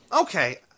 okay